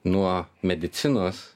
nuo medicinos